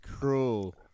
cruel